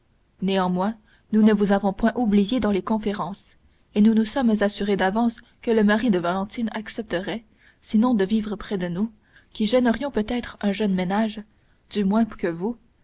néanmoins nous ne vous avons point oublié dans les conférences et nous nous sommes assurés d'avance que le mari de valentine accepterait sinon de vivre près de nous qui gênerions peut-être un jeune ménage du moins que vous